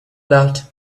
lot